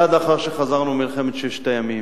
ועד לאחר שחזרנו במלחמת ששת הימים.